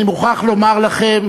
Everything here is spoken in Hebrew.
אני מוכרח לומר לכם